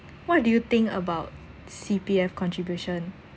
what do you think about C_P_F contribution